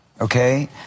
okay